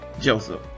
Joseph